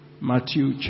Matthew